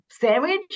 sandwich